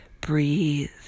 breathe